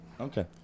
Okay